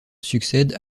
succède